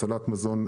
הצלת מזון,